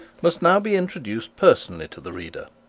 must now be introduced personally to the reader.